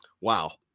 wow